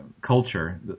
culture